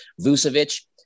Vucevic